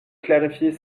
clarifier